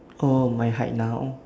oh my height now